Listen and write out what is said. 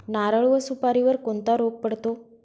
नारळ व सुपारीवर कोणता रोग पडतो?